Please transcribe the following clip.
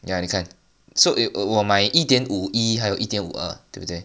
ya 你看 so 我我买一点五一还有一点二对不对